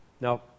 Now